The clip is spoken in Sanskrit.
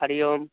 हरिः ओं